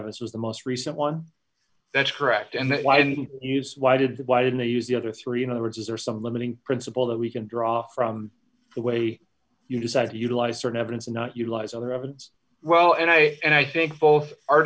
was the most recent one that's correct and they didn't use why did why didn't they use the other three in other words is there some limiting principle that we can draw from the way you decide to utilize certain evidence and not utilize all the evidence well and i and i think both our